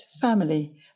family